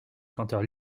chanteur